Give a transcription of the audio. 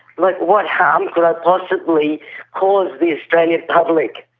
what what harm could i possibly cause the australian public?